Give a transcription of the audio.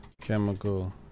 chemical